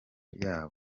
yabo